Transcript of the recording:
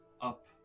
up